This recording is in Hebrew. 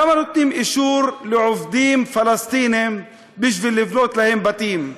למה נותנים אישור לעובדים פלסטינים בשביל לבנות להם בתים?